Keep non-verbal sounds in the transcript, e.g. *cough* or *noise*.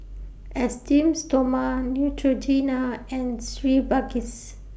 Esteem Stoma Neutrogena and *unintelligible*